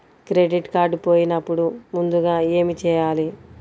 Credit card పోయినపుడు ముందుగా ఏమి చేయాలి?